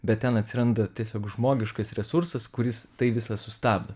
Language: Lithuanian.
bet ten atsiranda tiesiog žmogiškas resursas kuris tai visa sustabdo